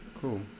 Cool